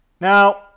Now